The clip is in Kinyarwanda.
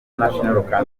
national